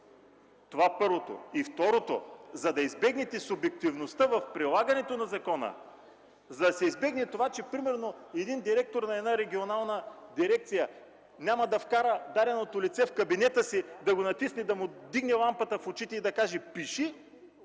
това, първото. Второто, за да избегнете субективността в прилагането на закона – примерно, директор на регионална дирекция няма да вкара даденото лице в кабинета си, да го натисне, да му вдигне лампата в очите и да каже: „Пиши!”.